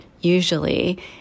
usually